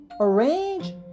arrange